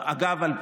אגב,